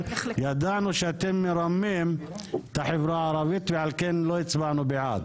ידענו שאתם מרמים את החברה הערבית ועל כן לא הצבענו בעד.